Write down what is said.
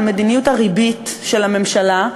על מדיניות הריבית של הממשלה,